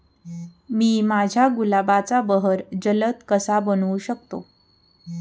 मी माझ्या गुलाबाचा बहर जलद कसा बनवू शकतो?